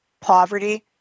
poverty